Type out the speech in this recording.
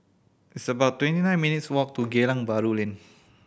it's about twenty nine minutes' walk to Geylang Bahru Lane